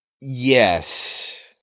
Yes